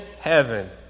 heaven